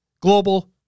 Global